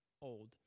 old